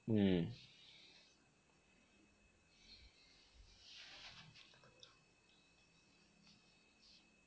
mm